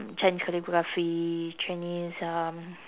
chinese calligraphy chinese um